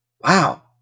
wow